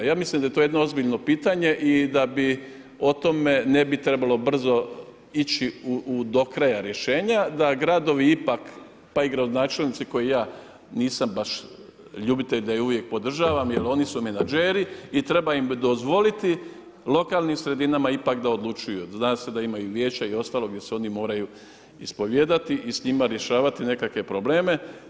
Ja mislim da je to jedno ozbiljno pitanje i da o tome ne bi trebalo brzo ići u do kraja rješenja da gradovi ipak pa i gradonačelnici kao i ja, nisam baš ljubitelj da ih uvijek podržavam jer oni su menadžeri i treba dozvoliti lokalnim sredinama ipak da odlučuju, zna se da imaju i vijeća i ostalo gdje se oni moraju ispovijedati i s njima rješavati nekakve probleme.